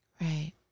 Right